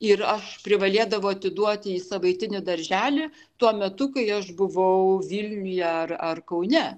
ir aš privalėdavau atiduoti į savaitinį darželį tuo metu kai aš buvau vilniuje ar ar kaune